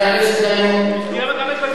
חבר הכנסת דנון.